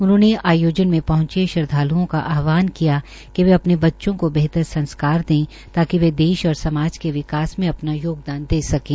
उन्होंने आयोजन में पहंचे श्रद्वाल्ओं का आहवान किया कि वे अपने बच्चों को बेहतर संस्कार दे ताकि वे देश और समाज के विकास मे अपना योगदान दे सकें